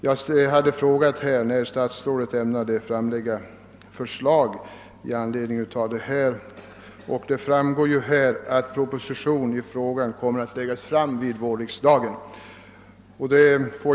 Jag hade frågat när statsrådet ämnade framlägga förslag med anledning av de ändrade taxeringsvärdena, och han har nu svarat att proposition i frågan kommer att föreläggas riksdagen under våren.